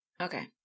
okay